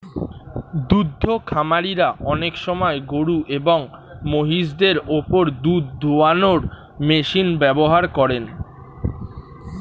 দুদ্ধ খামারিরা অনেক সময় গরুএবং মহিষদের ওপর দুধ দোহানোর মেশিন ব্যবহার করেন